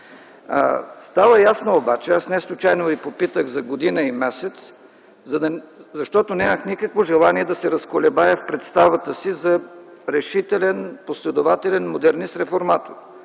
Става ясно обаче, аз не случайно Ви попитах за година и месец, защото нямах никакво желание да се разколебая в представата си за решителен последователен модернист-реформатор.